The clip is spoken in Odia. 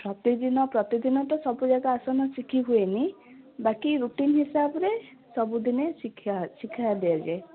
ପ୍ରତିଦିନ ପ୍ରତିଦିନ ତ ସବୁ ଯାକ ଆସନ ଶିଖି ହୁଏନି ବାକି ରୁଟିନ ହିସାବରେ ସବୁଦିନେ ଶିକ୍ଷା ଶିକ୍ଷା ଦିଆଯାଏ